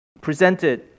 presented